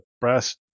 brass